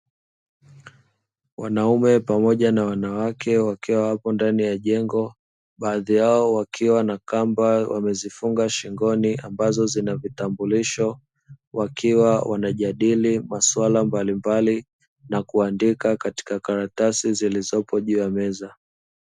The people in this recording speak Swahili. Wanaume pamoja na wanawake wakiwa wapo ndani ya jengo, baadhi yao wakiwa na kamba wamezifunga shingoni ambazo zina vitambulisho, wakiwa wanajadili masuala mbalimbali na kuandika katika karatasi zilizopo juu ya meza.